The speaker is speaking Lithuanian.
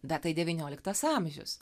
bet tai devynioliktas amžius